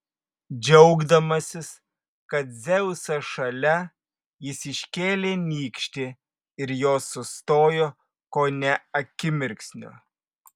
džiaugdamasis kad dzeusas šalia jis iškėlė nykštį ir jos sustojo kone akimirksniu